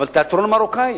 תיאטרון מרוקאי,